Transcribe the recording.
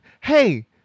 hey